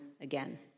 again